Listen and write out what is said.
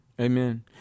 Amen